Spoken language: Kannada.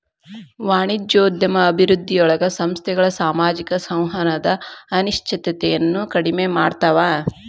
ವಾಣಿಜ್ಯೋದ್ಯಮ ಅಭಿವೃದ್ಧಿಯೊಳಗ ಸಂಸ್ಥೆಗಳ ಸಾಮಾಜಿಕ ಸಂವಹನದ ಅನಿಶ್ಚಿತತೆಯನ್ನ ಕಡಿಮೆ ಮಾಡ್ತವಾ